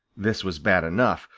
this was bad enough,